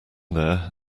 there